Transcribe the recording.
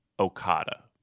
Okada